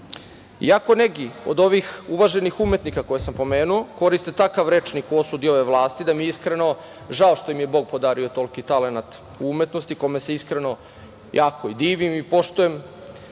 neki od ovih uvaženih umetnika koje sam pomenuo koriste takav rečnik u osudi ove vlasti da mi je iskreno što im je Bog podario toliki talenat u umetnosti kome se iskreno jako i divim i poštujem,